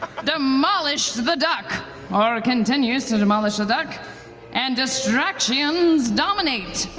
demolished the the duck or ah continues to demolish the duck and distracty-ions dominate.